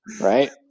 right